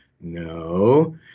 No